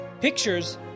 pictures